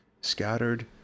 scattered